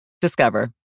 Discover